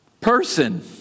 person